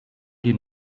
die